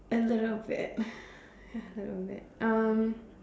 a little bit ya a little bit um